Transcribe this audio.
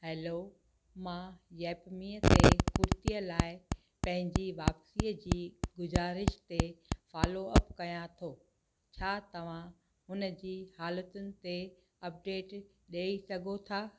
हलो मां येपमी ते कुर्ती लाइ पंहिंजी वापसी जी गुज़ारिश ते फॉलोअप कयां थो छा तव्हां हुन जी हालतुनि ते अपडेट ॾेई सघो था